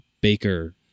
Baker